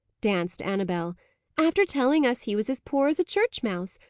danced annabel after telling us he was as poor as a church mouse!